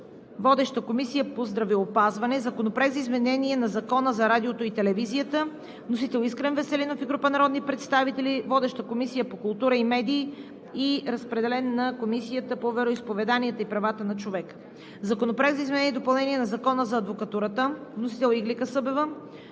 Водеща е Комисията по здравеопазване. Законопроект за изменение на Закона за радиото и телевизията. Вносители – Искрен Веселинов и група народни представители. Водеща е Комисията по културата и медиите. Разпределен е на Комисията по вероизповеданията и правата на човека. Законопроект за изменение и допълнение на Закона за адвокатурата. Вносители – Иглика Събева